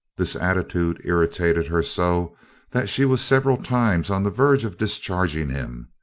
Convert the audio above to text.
this attitude irritated her so that she was several times on the verge of discharging him,